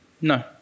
No